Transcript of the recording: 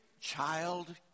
child